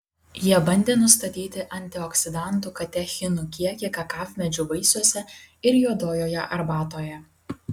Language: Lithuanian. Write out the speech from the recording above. jie bandė nustatyti antioksidantų katechinų kiekį kakavmedžių vaisiuose ir juodojoje arbatoje